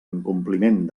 incompliment